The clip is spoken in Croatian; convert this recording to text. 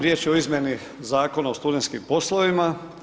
Riječ je o izmjeni Zakona o studentskim poslovima.